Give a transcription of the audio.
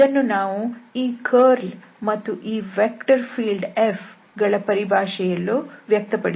ಇದನ್ನು ನಾವು ಈ ಕರ್ಲ್ ಹಾಗೂ ಈ ವೆಕ್ಟರ್ ಫೀಲ್ಡ್ F ಗಳ ಪರಿಭಾಷೆಯಲ್ಲಿಯೂ ವ್ಯಕ್ತಪಡಿಸಬಹುದು